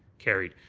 carried.